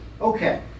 Okay